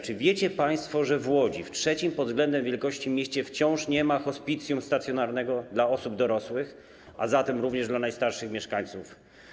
Czy wiecie państwo, że w Łodzi, w trzecim pod względem wielkości mieście, wciąż nie ma hospicjum stacjonarnego dla osób dorosłych, a zatem również dla najstarszych mieszkańców?